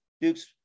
Duke's